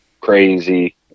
crazy